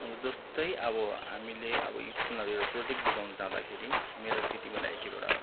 अब जस्तै अब हामीले अब स्कुलहरूमा एउटा प्रोजेक्ट बुझाउन जाँदाखेरि मेरो त्यति बेला एकैवटा